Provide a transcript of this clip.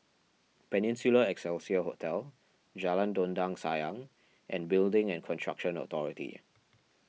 Peninsula Excelsior Hotel Jalan Dondang Sayang and Building and Construction Authority